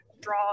draw